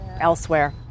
elsewhere